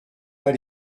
pas